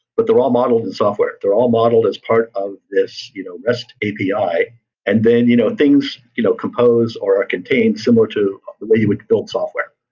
but the raw model of the software. they're all modeled as part of this you know rest api. and then you know things you know compose, or ah contain similar to the way you would build software.